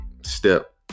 step